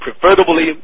preferably